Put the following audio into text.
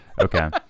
Okay